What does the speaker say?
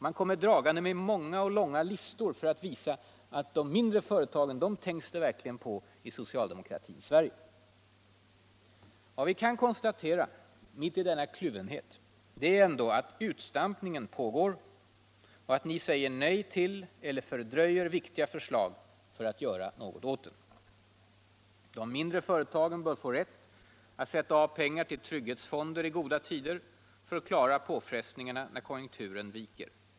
Man kommer dragande med många och långa listor för att söka visa, att de mindre företagen tänks det minsann på i socialdemokratins Sverige. Vad vi kan konstatera mitt i denna kluvenhet är ju ändå att utstampningen pågår och att ni säger nej till eller fördröjer viktiga förslag för att göra något åt den. De mindre företagen bör få rätt att sätta av pengar till trygghetsfonder i goda tider för att klara påfrestningarna när konjunkturen viker.